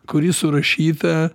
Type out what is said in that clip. kuri surašyta